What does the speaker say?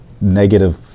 negative